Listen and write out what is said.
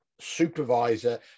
supervisor